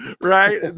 right